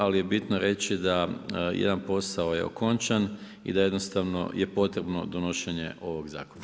Ali je bitno reći da jedan posao je okončan i da jednostavno je potrebno donošenje ovog zakona.